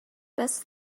best